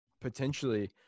potentially